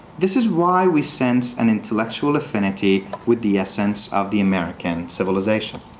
this is why we sense an intellectual affinity with the essence of the american civilization.